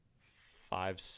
Five